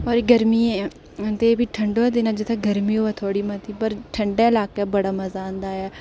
पर गर्मियें ई ते ठंडू दे दिनें जित्थै गर्मी होऐ थोह्ड़ी मती ठंडै लाकै बड़ा मज़ा औंदा ऐ